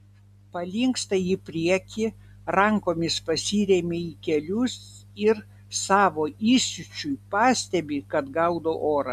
palinksta į priekį rankomis pasiremia į kelius ir savo įsiūčiui pastebi kad gaudo orą